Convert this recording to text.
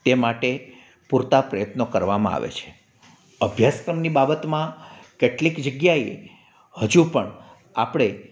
તે માટે પૂરતા પ્રયત્નો કરવામાં આવે છે અભ્યાસક્રમની બાબતમાં કેટલીક જગ્યાએ હજુ પણ આપણે